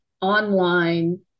online